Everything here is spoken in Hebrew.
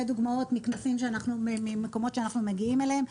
זה דוגמאות מכנסים, מקומות שאנחנו מגיעים אליהם.